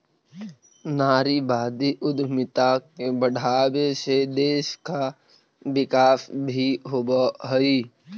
नारीवादी उद्यमिता के बढ़ावे से देश का विकास भी होवअ हई